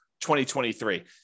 2023